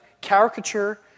caricature